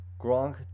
Gronk